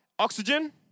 oxygen